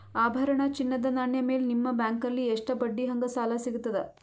ಆಭರಣ, ಚಿನ್ನದ ನಾಣ್ಯ ಮೇಲ್ ನಿಮ್ಮ ಬ್ಯಾಂಕಲ್ಲಿ ಎಷ್ಟ ಬಡ್ಡಿ ಹಂಗ ಸಾಲ ಸಿಗತದ?